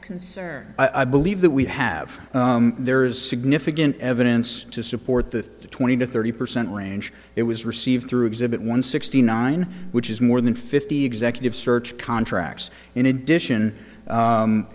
concern i believe that we have there is significant evidence to support the twenty to thirty percent range it was received through exhibit one sixty nine which is more than fifty executive search contracts in addition